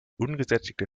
ungesättigte